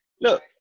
Look